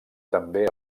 també